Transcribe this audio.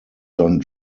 john